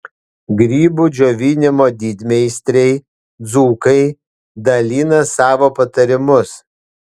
grybų džiovinimo didmeistriai dzūkai dalina savo patarimus